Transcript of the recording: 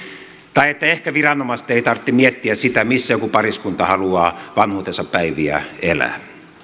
tai että ehkä viranomaisten ei tarvitse miettiä sitä missä joku pariskunta haluaa vanhuutensa päiviä elää